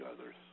others